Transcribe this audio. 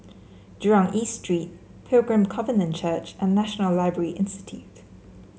Jurong East Street Pilgrim Covenant Church and National Library Institute